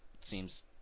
Seems